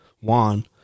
Juan